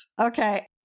Okay